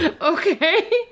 Okay